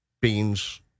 Beans